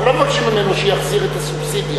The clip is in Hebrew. אנחנו לא מבקשים ממנו שיחזיר את הסובסידיה.